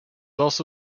also